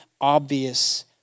obvious